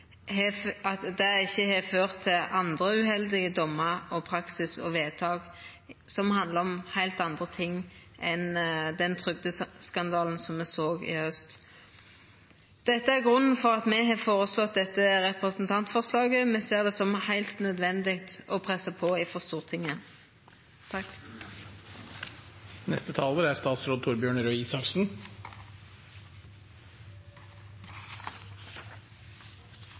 ikkje har ført til andre uheldige domar, praksis og vedtak, som handlar om heilt andre ting enn den trygdeskandalen som me såg i haust. Dette er grunnen til at me har fremja dette representantforslaget. Me ser det som heilt nødvendig å pressa på frå Stortinget. Den såkalte EØS-saken er på ingen måte ferdig. Oppryddingen er godt i gang, og Stortinget